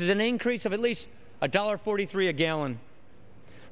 areas as an increase of at least a dollar forty three a gallon